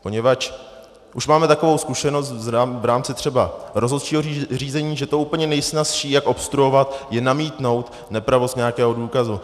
Poněvadž už máme takovou zkušenost v rámci třeba rozhodčího řízení, že to úplně nejsnazší, jak obstruovat, je namítnout nepravost nějakého důkazu.